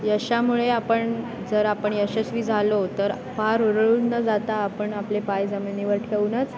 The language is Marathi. यशामुळे आपण जर आपण यशस्वी झालो तर फार हुरळून न जाता आपण आपले पाय जमिनीवर ठेवूनच